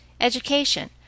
Education